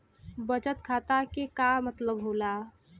बचत खाता के का मतलब होला?